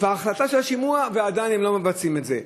החלטה של שימוע, ועדיין הם לא מבצעים את זה.